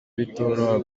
bitoroha